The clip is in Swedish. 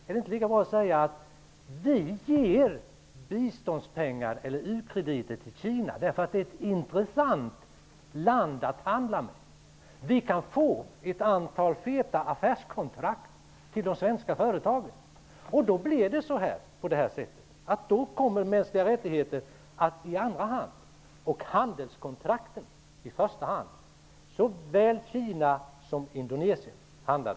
Är det inte lika bra att säga att vi ger biståndspengar eller u-krediter till Kina därför att det är ett intressant land att handla med och vi kan få ett antal feta affärskontrakt till de svenska företagen? Men då kommer de mänskliga rättigheterna i andra hand och handelskontrakten i första hand. Det gäller såväl Kina som Indonesien.